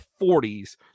40s